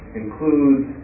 includes